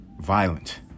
violent